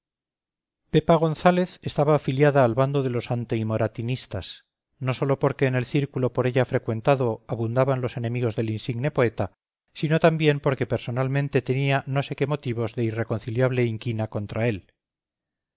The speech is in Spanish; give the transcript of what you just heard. pepa gonzález estaba afiliada al bando de los anti moratinistas no sólo porque en el círculo por ella frecuentado abundaban los enemigos del insigne poeta sino también porque personalmente tenía no sé qué motivos de irreconciliable inquina contra él